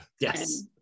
Yes